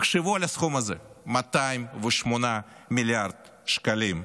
תחשבו על הסכום הזה, 208 מיליארד שקלים,